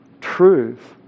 truth